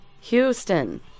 Houston